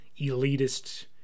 elitist